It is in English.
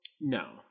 no